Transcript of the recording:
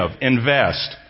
invest